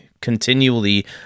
continually